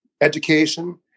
education